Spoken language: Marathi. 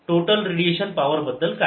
टोटल रेडिएटेड पावर बद्दल काय